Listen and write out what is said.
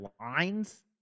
lines